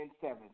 seven